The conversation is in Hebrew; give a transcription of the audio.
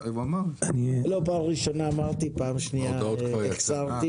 פעם ראשונה אמרתי, פעם שניה החסרתי.